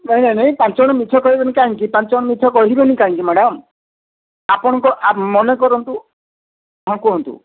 ନାଇଁ ନାଇଁ ନାଇଁ ପାଞ୍ଚଜଣ ମିଛ କହିବେନି କାହିଁକି ପାଞ୍ଚଜଣ ମିଛ କହିବେନି କାହିଁକି ମ୍ୟାଡ଼ାମ୍ ଆପଣଙ୍କ ମନେକରନ୍ତୁ ହଁ କୁହନ୍ତୁ